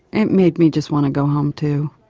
it made me just want to go home too.